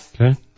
Okay